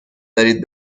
دارید